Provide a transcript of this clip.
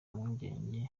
mpungenge